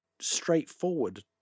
straightforward